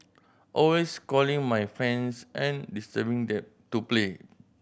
always calling my friends and disturbing them to play